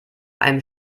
einem